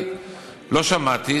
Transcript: אני לא שמעתי.